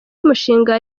mushinga